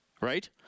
right